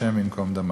השם ינקום דמם.